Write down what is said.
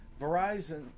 Verizon